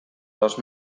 dos